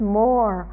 more